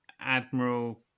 Admiral